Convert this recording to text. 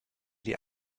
die